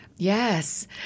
Yes